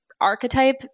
archetype